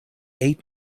eight